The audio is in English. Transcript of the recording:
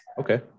Okay